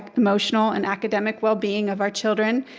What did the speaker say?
emotional and academic well being of our children,